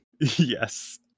Yes